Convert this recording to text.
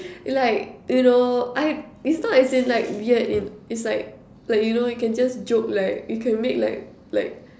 like you know I is not as in like weird in is like like you know you can just joke like you can make like like